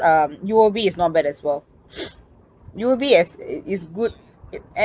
um U_O_B is not bad as well U_O_B as is good